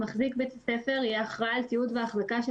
(ג)מחזיק בית ספר יהיה אחראי על תיעוד והחזקה של